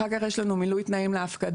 אחר כך יש לנו מילוי תנאים להפקדה,